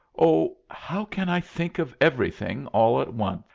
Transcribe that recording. oh, how can i think of everything all at once?